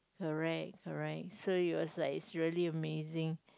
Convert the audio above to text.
correct correct so it was like it's really amazing